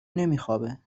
نمیخوابه